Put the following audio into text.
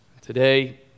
today